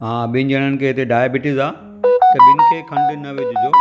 हा ॿिनि ॼणण खे हिते डायबिटीस आहे त ॿिनि में खंडु न विझिजो